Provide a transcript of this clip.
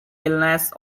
illness